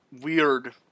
weird